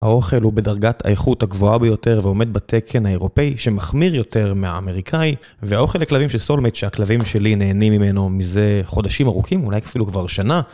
האוכל הוא בדרגת האיכות הגבוהה ביותר ועומד בתקן האירופאי שמחמיר יותר מהאמריקאי, והאוכל לכלבים של סולמייט שהכלבים שלי נהנים ממנו מזה חודשים ארוכים, אולי אפילו כבר שנה.